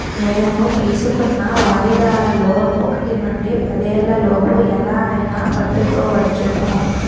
నేను తీసుకున్న వాయిదాల లోన్ ఒకటి నుండి పదేళ్ళ లోపు ఎలా అయినా కట్టుకోవచ్చును